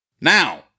Now